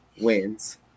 Wins